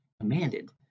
commanded